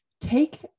take